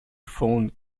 found